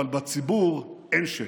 אבל בציבור אין שקט.